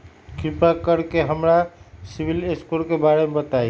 कृपा कर के हमरा सिबिल स्कोर के बारे में बताई?